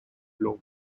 law